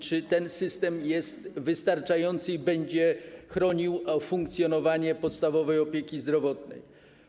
Czy ten system jest wystarczający i będzie chronił funkcjonowanie podstawowej opieki zdrowotnej?